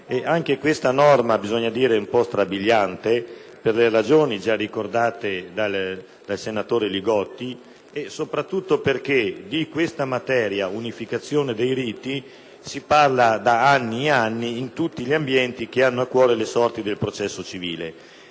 Questa norma eun po’ strabiliante per le ragioni gia ricordate dal senatore Li Gotti e, soprattutto, perche´ di questa materia, l’unificazione dei riti, si parla da anni in tutti gli ambienti che hanno a cuore le sorti del processo civile.